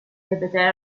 ripeté